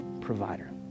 provider